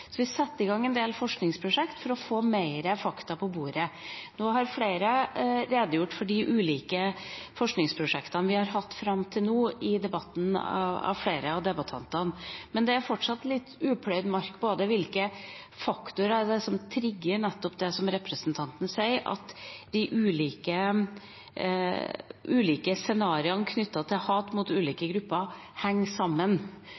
så mye forskning og kompetanse. Vi setter derfor i gang en del forskningsprosjekt for å få mer fakta på bordet. Nå har flere av debattantene redegjort for de ulike forskningsprosjektene vi har hatt fram til nå, men det er fortsatt litt upløyd mark med hensyn til hvilke faktorer det er som trigger nettopp det representanten snakker om, at de ulike scenarioene knyttet til hat mot ulike grupper henger sammen,